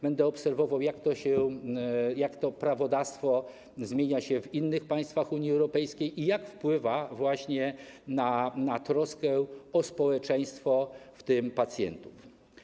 Będę obserwował jak to prawodawstwo zmienia się w innych państwach Unii Europejskiej i jak wpływa właśnie na troskę o społeczeństwo, w tym pacjentów.